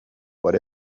what